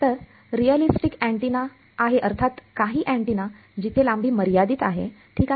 तर realistic antenna आहे अर्थात काही अँटिना जिथे लांबी मर्यादित आहे ठीक आहे